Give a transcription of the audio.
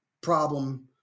problem